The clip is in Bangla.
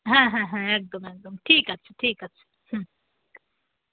হ্যাঁ হ্যাঁ হ্যাঁ একদম একদম ঠিক আছে ঠিক আছে হুম